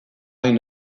hain